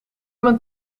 mijn